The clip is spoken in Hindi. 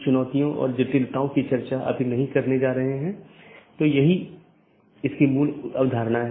दोनों संभव राउटर का विज्ञापन करते हैं और infeasible राउटर को वापस लेते हैं